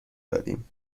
دادیم